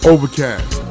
Overcast